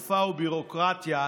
וביורוקרטיה,